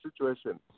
situation